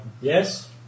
Yes